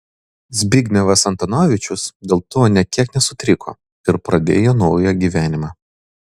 zbignevas antonovičius dėl to nė kiek nesutriko ir pradėjo naują gyvenimą